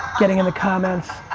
getting in the comments.